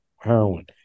Heroin